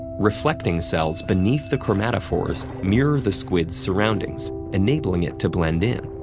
reflecting cells beneath the chromatophores mirror the squid's surroundings, enabling it to blend in.